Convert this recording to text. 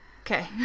Okay